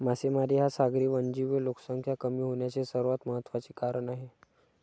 मासेमारी हा सागरी वन्यजीव लोकसंख्या कमी होण्याचे सर्वात महत्त्वाचे कारण आहे